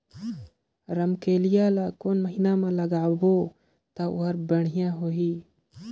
रमकेलिया ला कोन महीना मा लगाबो ता ओहार बेडिया होही?